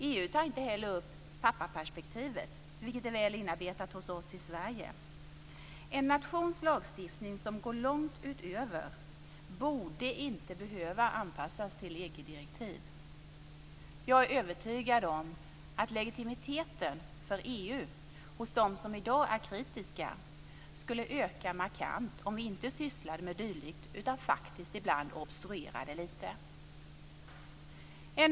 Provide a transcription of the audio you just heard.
EU tar inte heller upp pappaperspektivet, vilket är väl inarbetat hos oss i Sverige. En nations lagstiftning som går långt utöver det som EU stadgar borde inte behöva anpassas till EG-direktiv. Jag är övertygad om att legitimiteten för EU skulle öka markant hos dem som i dag är kritiska om vi inte sysslade med dylikt utan faktiskt obstruerade lite ibland.